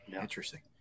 Interesting